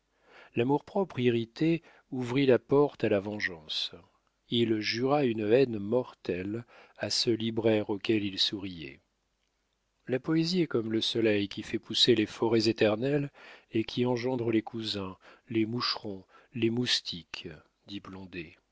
l'amour-propre irrité ouvrit la porte à la vengeance il jura une haine mortelle à ce libraire auquel il souriait la poésie est comme le soleil qui fait pousser les forêts éternelles et qui engendre les cousins les moucherons les moustiques